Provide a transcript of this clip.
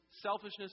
selfishness